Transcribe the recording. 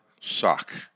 suck